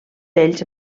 ells